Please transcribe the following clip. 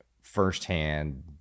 firsthand